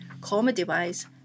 comedy-wise